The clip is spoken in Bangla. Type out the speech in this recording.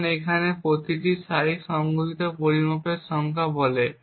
এখন এখানে প্রতিটি সারি সংঘটিত পরিমাপের সংখ্যা বলে